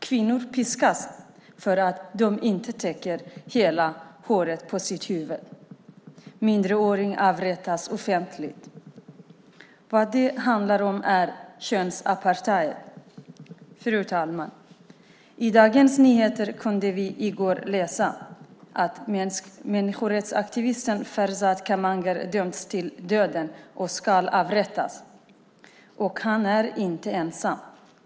Kvinnor piskas för att de inte täcker hela håret på sitt huvud. Minderåriga avrättas offentligt. Vad det handlar om är könsapartheid. Fru talman! I Dagens Nyheter kunde vi i går läsa att människorättsaktivisten Farzad Kamanger dömts till döden och ska avrättas. Han är inte ensam.